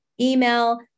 email